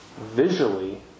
visually